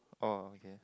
oh okay